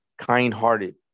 kind-hearted